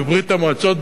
בברית-המועצות,